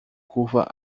curva